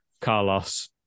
Carlos